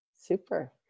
Super